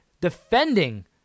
defending